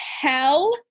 hell